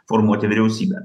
formuoti vyriausybę